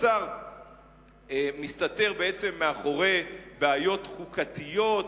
השר מסתתר מאחורי בעיות חוקתיות,